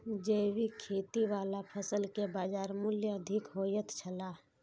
जैविक खेती वाला फसल के बाजार मूल्य अधिक होयत छला